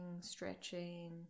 stretching